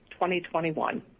2021